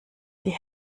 die